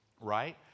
right